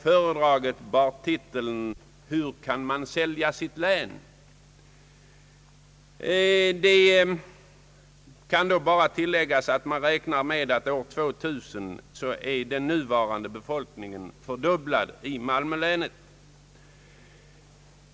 Föredraget bar titeln »Kan man sälja ett län?» Det kan tilläggas att man räknar med att år 2000 är den nuvarande befolkningen i malmölänet fördubblad.